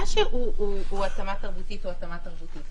שהוא התאמה תרבותית, הוא התאמה תרבותית.